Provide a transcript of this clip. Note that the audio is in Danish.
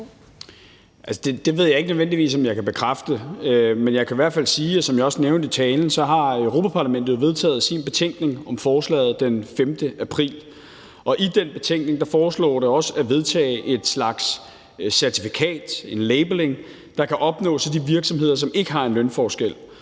Det ved jeg ikke nødvendigvis om jeg kan bekræfte, men jeg kan i hvert fald sige, som jeg også nævnte i talen, at Europa-Parlamentet jo har vedtaget sin betænkning om forslaget den 5. april, og i den betænkning foreslås det også at vedtage et slags certifikat, en labelling, der kan opnås af de virksomheder, som ikke har en lønforskel.